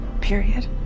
Period